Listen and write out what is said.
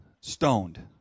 stoned